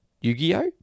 Yu-Gi-Oh